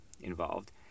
involved